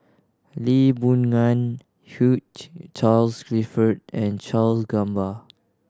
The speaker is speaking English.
Lee Boon Ngan Hugh Charles Clifford and Charle Gamba